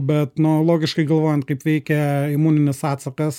bet na logiškai galvojant kaip veikia imuninis atsakas